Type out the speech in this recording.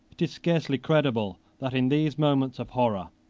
it is scarcely credible that, in these moments of horror,